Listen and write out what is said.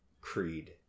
Creed